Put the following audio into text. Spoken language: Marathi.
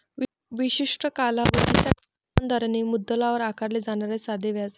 विशिष्ट कालावधीसाठी समान दराने मुद्दलावर आकारले जाणारे साधे व्याज